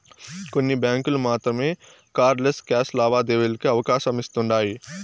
కొన్ని బ్యాంకులు మాత్రమే కార్డ్ లెస్ క్యాష్ లావాదేవీలకి అవకాశమిస్తుండాయ్